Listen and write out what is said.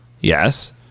Yes